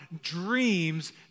dreams